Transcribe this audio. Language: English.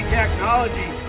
technology